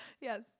Yes